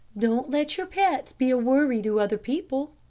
don't let your pets be a worry to other people,